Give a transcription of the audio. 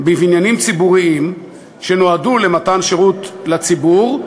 בבניינים ציבוריים שנועדו למתן שירות לציבור,